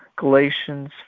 Galatians